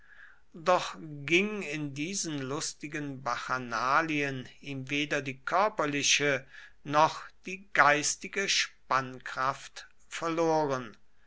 doch ging in diesen lustigen bacchanalien ihm weder die körperliche noch die geistige spannkraft verloren